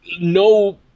no